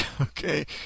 Okay